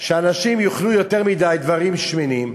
שאנשים יאכלו יותר מדי דברים שמנים,